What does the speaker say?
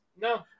no